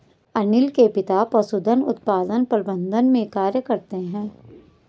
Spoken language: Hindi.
अनील के पिता पशुधन उत्पादन प्रबंधन में कार्य करते है